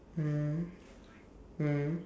mm mm